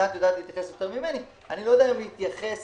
להתייחס